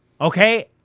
okay